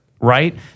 right